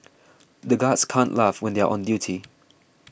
the guards can't laugh when they are on duty